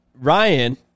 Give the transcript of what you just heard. Ryan